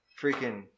freaking